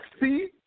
see